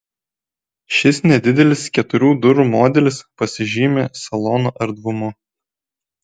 šis nedidelis keturių durų modelis pasižymi salono erdvumu